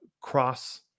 cross